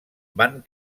van